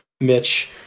Mitch